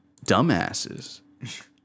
dumbasses